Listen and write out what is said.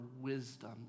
wisdom